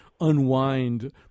unwind